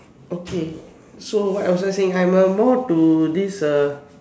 okay so what was I saying I am a more to this a